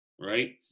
right